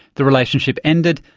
the relationship ended,